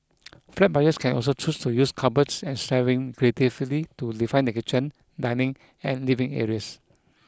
flat buyers can also choose to use cupboards and shelving creatively to define their kitchen dining and living areas